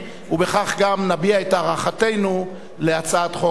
ובכך גם נביע את הערכתנו להצעת חוק זו.